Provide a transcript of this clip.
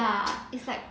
ya it's like